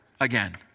again